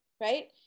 right